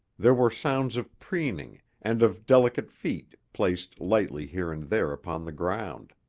there were sounds of preening, and of delicate feet placed lightly here and there upon the ground.